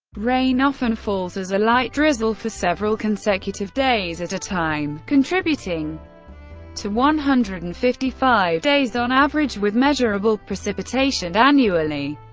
rain often falls as a light drizzle for several consecutive days at a time, contributing to one hundred and fifty five days on average with measurable precipitation annually.